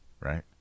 right